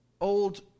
old